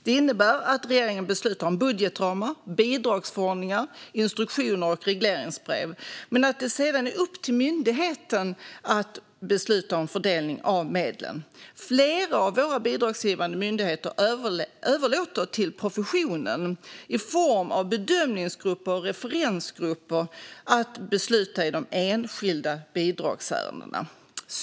Det innebär att regeringen beslutar om budgetramar, bidragsförordningar, instruktioner och regleringsbrev, men att det sedan är upp till myndigheten att besluta om fördelning av medlen. Flera av våra bidragsgivande myndigheter överlåter till professionen, i form av bedömningsgrupper och referensgrupper, att besluta i de enskilda bidragsärendena.